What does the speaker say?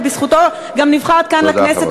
ובזכותו גם נבחרת כאן לכנסת,